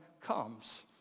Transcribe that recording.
comes